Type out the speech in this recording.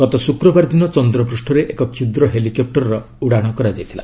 ଗତ ଶୁକ୍ରବାର ଦିନ ଚନ୍ଦ୍ର ପୃଷ୍ଠରେ ଏକ ଷୁଦ୍ର ହେଲିକପ୍ଟରର ଉଡ଼ାଣ କରାଯାଇଥିଲା